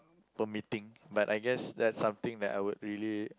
permitting but I guess that's something that I would really